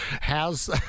How's